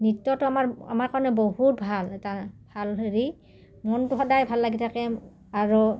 নৃত্যটো আমাৰ আমাৰ কাৰণে বহুত ভাল এটা ভাল হেৰি মনটো সদায় ভাল লাগি থাকে আৰু